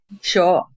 Sure